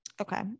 Okay